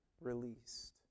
released